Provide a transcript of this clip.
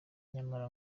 nyamara